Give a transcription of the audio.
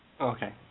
Okay